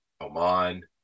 Oman